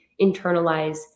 internalize